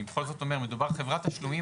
חברת תשלומים,